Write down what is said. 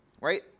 right